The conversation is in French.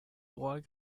droit